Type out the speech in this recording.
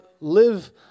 live